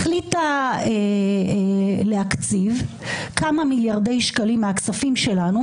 היא החליטה להקציב כמה מיליארדי שקלים מהכספים שלנו,